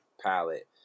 palette